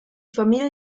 familie